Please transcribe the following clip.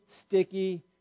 sticky